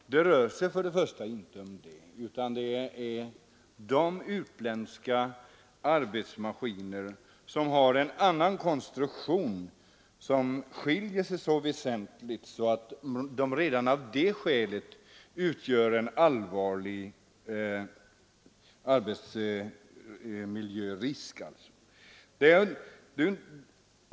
Vad det här i första hand gäller är utländska arbetsmaskiner som har en annan konstruktion än våra och som skiljer sig så väsentligt från dem att de redan av det skälet utgör en allvarlig arbetsmiljörisk.